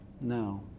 no